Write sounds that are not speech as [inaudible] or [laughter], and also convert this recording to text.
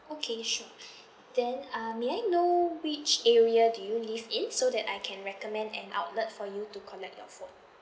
okay sure [breath] then uh may I know which area do you live in so that I can recommend an outlet for you to collect your phone